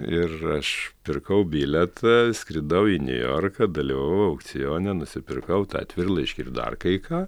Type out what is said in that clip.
ir aš pirkau bilietą skridau į niujorką dalyvavau aukcione nusipirkau tą atvirlaiškį ir dar kai ką